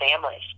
families